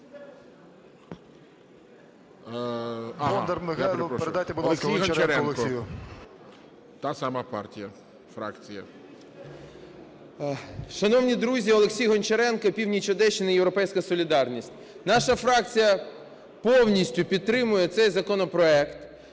Шановні друзі! Олексій Гончаренко, північ Одещини, "Європейська солідарність". Наша фракція повністю підтримує цей законопроект.